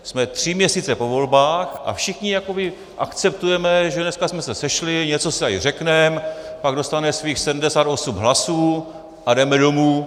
Jsme tři měsíce po volbách a všichni jakoby akceptujeme, že dneska jsme se sešli, něco si tady řekneme, pak dostane svých 78 hlasů a jdeme domů.